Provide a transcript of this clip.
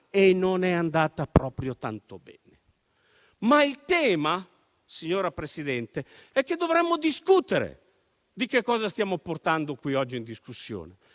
e non è andata proprio tanto bene. Il tema, signora Presidente, è che dovremmo discutere di cosa stiamo portando oggi in esame.